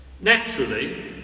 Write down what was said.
Naturally